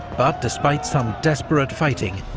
but despite some desperate fighting,